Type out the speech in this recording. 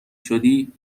شدی